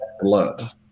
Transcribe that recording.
blood